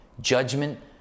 judgment